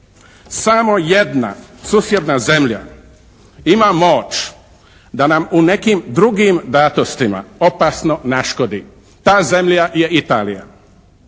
Samo jedna susjedna zemlja ima moć da nam u nekim drugim datostima opasno naškodi. Ta zemlja je Italija.